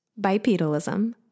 bipedalism